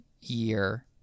year